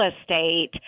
estate